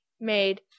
made